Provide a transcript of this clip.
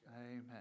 amen